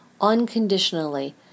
unconditionally